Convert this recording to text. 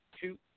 two